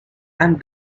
and